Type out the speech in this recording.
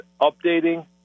updating